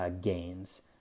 gains